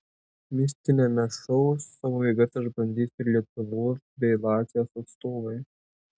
mistiniame šou savo jėgas išbandys ir lietuvos bei latvijos atstovai